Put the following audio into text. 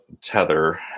Tether